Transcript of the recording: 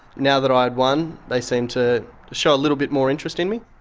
now that i'd won, they seemed to show a little bit more interest in me.